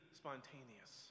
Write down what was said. spontaneous